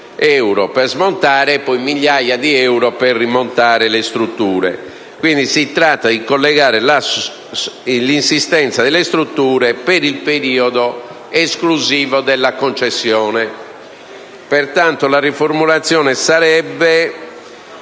per smontare e poi migliaia di euro per rimontare le strutture. Si tratta di collegare l’insistenza delle strutture per il periodo esclusivo della concessione. Pertanto la riformulazione sarebbe